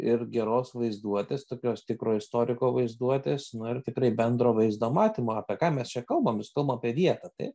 ir geros vaizduotės tokios tikro istoriko vaizduotės ir tikrai bendro vaizdo matymo apie ką mes čia kalbam mes kalbam apie vietą taip